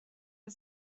are